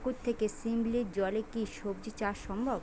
পুকুর থেকে শিমলির জলে কি সবজি চাষ সম্ভব?